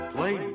Play